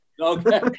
Okay